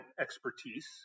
expertise